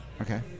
Okay